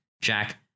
Jack